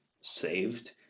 saved